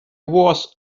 was